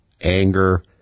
anger